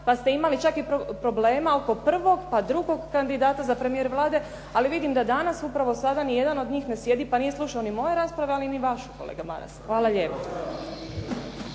pa ste imali čak i problema oko prvog pa drugog kandidata za premijera Vlade, ali vidim da danas upravo sada nijedan od njih ne sjedi pa nije slušao ni moje rasprave, ali ni vašu kolega Maras. Hvala lijepo.